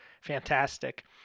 fantastic